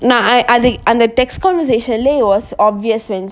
and I I அது அந்த:athu antha text conversation lah it was obvious when